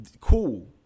cool